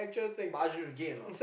but Arjun you gay or not